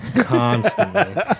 Constantly